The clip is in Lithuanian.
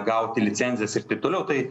gauti licencijas ir taip toliau tai